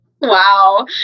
Wow